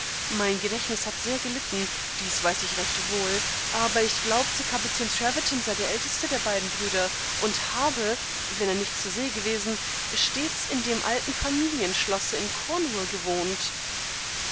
mein gedächtnis hat sehr gelitten dies weiß ich recht wohl aber ich glaubte kapitän treverton sei der älteste der beiden brüder und habe wennernichtzurseegewesen stetsindemaltenfamilienschlosseincornwall gewohnt